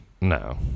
No